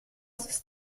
ist